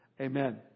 Amen